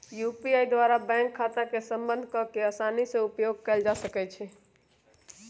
UPI द्वारा bank खता के संबद्ध कऽ के असानी से उपयोग कयल जा सकइ छै